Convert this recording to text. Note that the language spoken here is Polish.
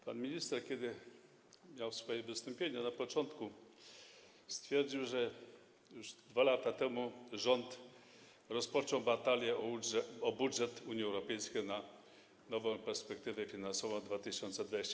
Pan minister, kiedy miał swoje wystąpienie, na początku stwierdził, że już 2 lata temu rząd rozpoczął batalię o budżet Unii Europejskiej w nowej perspektywie finansowej na lata 2021–2027.